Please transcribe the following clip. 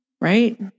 right